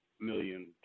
million